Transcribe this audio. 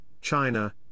China